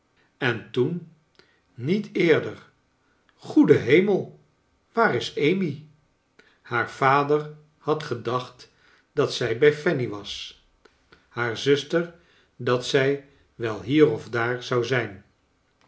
en toen niet eerder goede hemel waar is amy haar vader had gedacht dat zij bij fanny was haar zuster dat zij wel hier of daar zou zijn